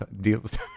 deals